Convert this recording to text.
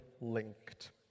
linked